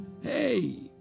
Hey